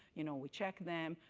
you know we check them,